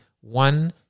One